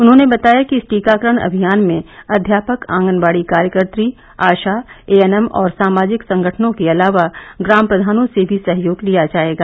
उन्होंने बताया कि इस टीकाकरण अभियान में अध्यापक आंगनबाड़ी कार्यकत्री आशा एएनएम और सामाजिक संगठनों के अलावा ग्राम प्रधानों से भी सहयोग लिया जायेगा